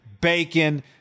bacon